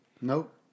Nope